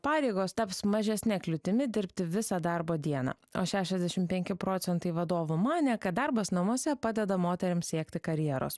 pareigos taps mažesne kliūtimi dirbti visą darbo dieną o šešiasdešim penki procentai vadovų manė kad darbas namuose padeda moterim siekti karjeros